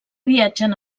viatgen